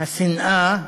השנאה